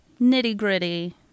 nitty-gritty